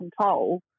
control